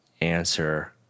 answer